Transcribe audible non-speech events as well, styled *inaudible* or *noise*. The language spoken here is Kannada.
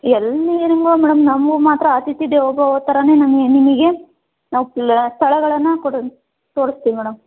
ಎಲ್ಲಿ *unintelligible* ಮೇಡಮ್ ನಮಗೆ ಮಾತ್ರ ಅತಿಥಿ ದೇವೋಭವ ಥರವೇ ನಮಗೆ ನಿಮಗೆ ನಾವು *unintelligible* ಸ್ಥಳಗಳನ್ನು ಕೊಡೋದು ತೋರಸ್ತೀವಿ ಮೇಡಮ್